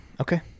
Okay